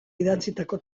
idatzitako